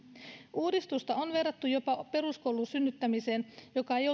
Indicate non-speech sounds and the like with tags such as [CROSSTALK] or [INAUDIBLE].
uudistusta on verrattu jopa peruskoulun synnyttämiseen joka ei [UNINTELLIGIBLE]